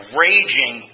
raging